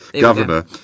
governor